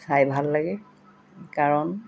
চাই ভাল লাগে কাৰণ